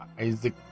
Isaac